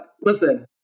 Listen